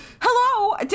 hello